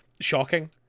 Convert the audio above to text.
shocking